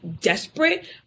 desperate